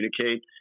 communicate